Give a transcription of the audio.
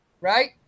right